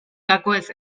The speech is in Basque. gakoez